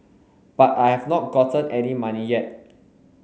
but I have not gotten any money yet